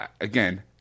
again